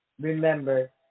remember